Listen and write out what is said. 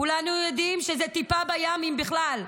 כולנו יודעים שזה טיפה בים, אם בכלל,